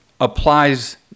applies